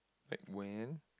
like when